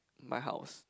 my house